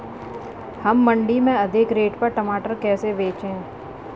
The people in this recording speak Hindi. हम मंडी में अधिक रेट पर टमाटर कैसे बेचें?